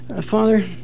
Father